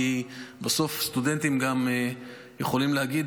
כי בסוף סטודנטים גם יכולים להגיד,